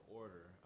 order